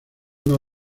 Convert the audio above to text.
uno